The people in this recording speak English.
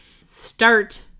start